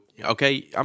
okay